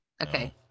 okay